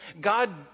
God